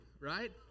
right